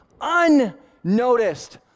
unnoticed